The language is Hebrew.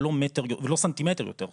ולא סנטימטר יותר.